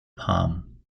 palm